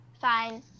Fine